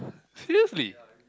seriously